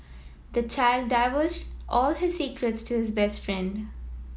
the child divulged all his secrets to his best friend